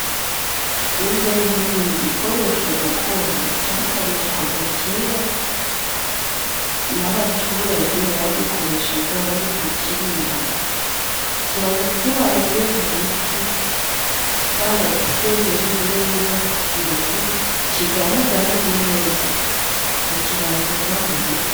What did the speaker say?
Imbehe ni igikoresho gakondo, cyakoreshwaga kera n'abaturage. Bagikoreshaga bari kukiriramo kibaga kibajwe mu biti baragiseneje, neza kugira ngo kigaragare neza bakibazaga muti.